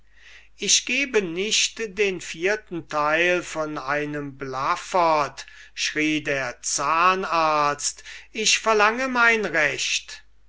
ich gebe nicht den vierten teil von einem blaffert schrie der zahnarzt ich verlange mein recht